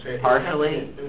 partially